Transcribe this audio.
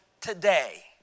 today